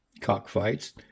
cock-fights